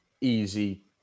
easy